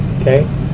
okay